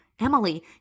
Emily